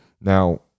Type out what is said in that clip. Now